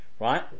right